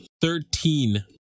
thirteen